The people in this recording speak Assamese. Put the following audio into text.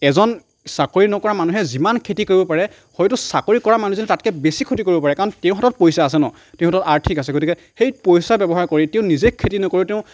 এজন চাকৰি নকৰা মানুহে যিমান খেতি কৰিব পাৰে হয়তো চাকৰি কৰা মানুহজনে তাতকে বেছি খেতি কৰিব পাৰে কাৰণ তেওঁৰ হাতত পইচা আছে ন তেওঁৰ হাতত আৰ্থিক আছে গতিকে সেই পইচা ব্যৱহাৰ কৰি তেওঁ নিজে খেতি নকৰি তেওঁ